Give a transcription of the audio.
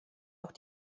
auch